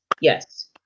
yes